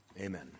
Amen